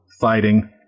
fighting